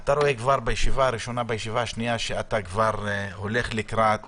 אתה רואה בישיבה הראשונה שאתה הולך לקראת